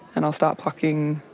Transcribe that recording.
and i'll start plucking,